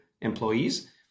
employees